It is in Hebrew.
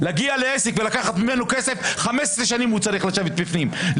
להגיע לעסק ולקחת כסף הוא צריך לשבת בפנים 15 שנים,